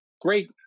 great